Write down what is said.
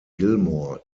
gilmore